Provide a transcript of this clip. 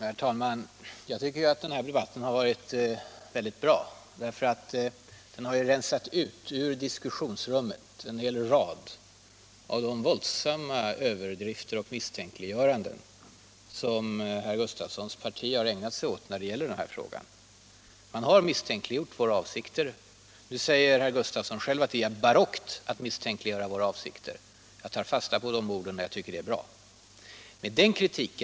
Herr talman! Jag tycker att den här debatten har varit väldigt bra, därför att den har rensat ut ur diskussionsrummet en hel rad av de våldsamma överdrifter och misstänkliggöranden som herr Gustafssons i Ronneby parti har ägnat sig åt när det gäller de frågorna. Man har misstänkliggjort våra avsikter. Nu säger herr Gustafsson själv att det är ”barockt” att göra det. Jag tar fasta på de orden. Det är bra att de uttalats.